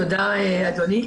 תודה, אדוני.